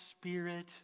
spirit